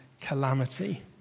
calamity